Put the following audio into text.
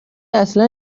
اصلا